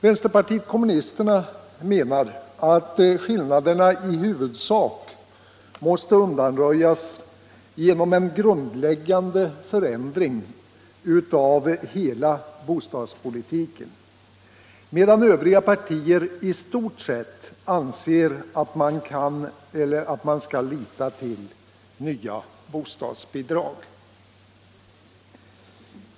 Vänsterpartiet kommunisterna menar att skillnaderna i huvudsak skall undanröjas genom en grund läggande förändring av hela bostadspolitiken, medan övriga partier i stort sett anser att man skall lita till nya bostadsbidrag.